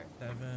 Seven